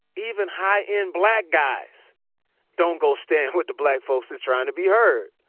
even high end black guys don't go stand with the black folks that's trying to be heard.